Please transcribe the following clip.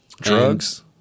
Drugs